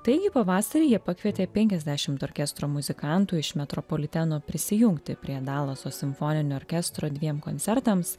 taigi pavasarį jie pakvietė penkiasdešimt orkestro muzikantų iš metropoliteno prisijungti prie dalaso simfoninio orkestro dviem koncertams